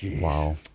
Wow